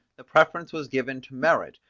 the preference was given to merit,